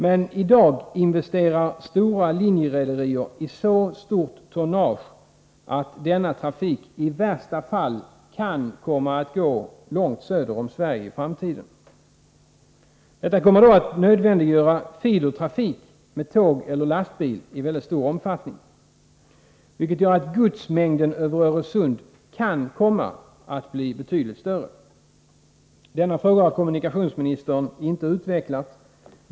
Men i dag investerar stora linjerederier i så stort tonnage att denna trafik i värsta fall kan komma att gå långt söder om Sverige i framtiden. Detta kommer då att nödvändiggöra feedertrafik med tåg eller lastbil i väldigt stor omfattning. Godsmängden över Öresund kan därmed komma att bli betydligt större. Denna fråga har kommunikationsministern inte utvecklat.